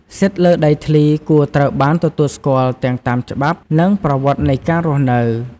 សិទ្ធិលើដីធ្លីគួរត្រូវបានទទួលស្គាល់ទាំងតាមច្បាប់ និងប្រវត្តិនៃការរស់នៅ។